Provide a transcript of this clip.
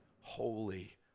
holy